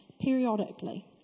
periodically